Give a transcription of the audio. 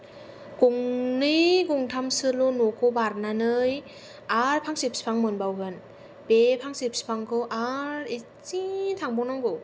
गंनै गंथामसोल' न'खौ बारनानै आरो फांसे बिफां मोनबावगोन बे फांसे बिफांखौ आरो एसे थांबावनांगौ